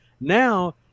Now